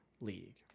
league